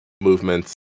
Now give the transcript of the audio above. movements